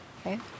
okay